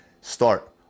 start